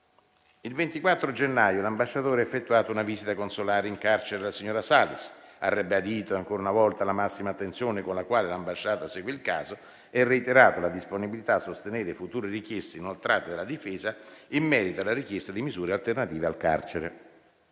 Il 24 gennaio l'ambasciatore ha effettuato una visita consolare in carcere alla signora Salis, ha ribadito ancora una volta la massima attenzione con la quale l'ambasciata segue il caso e reitirato la disponibilità a sostenere future richieste inoltrate della difesa in merito alla richiesta di misure alternative al carcere.